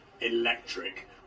electric